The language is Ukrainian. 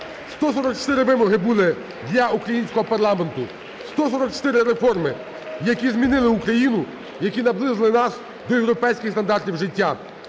144 вимоги були для українського парламенту, 144 реформи, які змінили Україну, які наблизили нас до європейських стандартів життя,